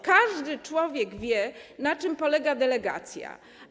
Każdy człowiek wie, na czym polega delegacja.